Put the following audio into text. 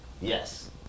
Yes